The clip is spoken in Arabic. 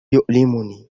يؤلمني